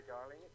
darling